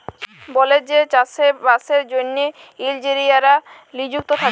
বলেযে চাষে বাসের জ্যনহে ইলজিলিয়াররা লিযুক্ত থ্যাকে